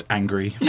angry